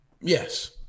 Yes